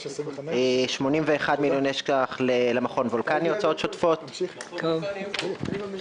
81 מיליון שקלים להוצאות שוטפות של מכון וולקני --- תודה רבה.